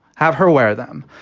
have her wear them.